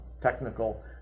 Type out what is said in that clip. technical